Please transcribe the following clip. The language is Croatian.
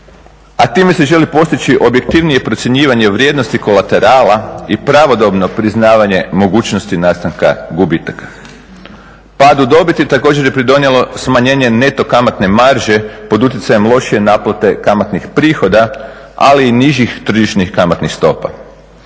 A time se želi postići objektivnije procjenjivanje vrijednosti kolaterala i pravodobno priznavanje mogućnosti nastanka gubitaka. Padu dobiti također je pridonijelo smanjenje neto kamatne marže pod utjecajem lošije naplate kamatnih prihoda ali i nižih tržišnih kamatnih stopa.